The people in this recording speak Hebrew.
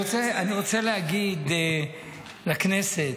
רוצה להגיד לכנסת,